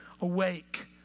awake